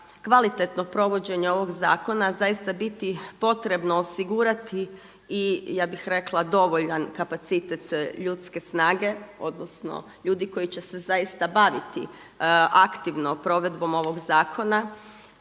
kvalitetno povođenje ovog zakona zaista biti potrebno osigurati i ja bih rekla dovoljan kapacitet ljudske snage, odnosno ljudi koji će se zaista baviti aktivno provedbom ovog zakona